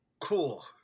cool